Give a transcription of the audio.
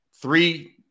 three